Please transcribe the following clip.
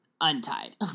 untied